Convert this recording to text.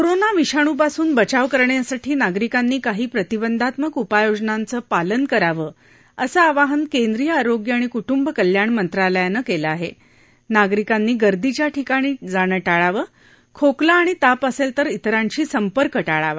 corona विषाणूपासून बचाव करण्यासाठी नागरिकांनी काही प्रतिबंधात्मक उपाययोजनांचं पालन करावं असं आवाहन केंद्रीय आरोग्य आणि कु बि कल्याण मंत्रालयानं क्लि आह जागरिकांनी गर्दीच्या ठिकाणी जाणं शिळावं खोकला आणि ताप असल्लातर तरांशी संपर्क ळावा